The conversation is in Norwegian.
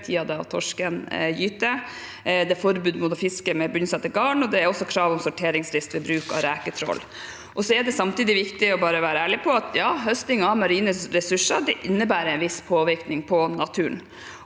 i tiden da torsken gyter. Det er forbud mot å fiske med bunnsatte garn, og det er også krav om sorteringsrist ved bruk av reketrål. Samtidig er det viktig bare å være ærlig på at høsting av marine ressurser innebærer en viss påvirkning på naturen,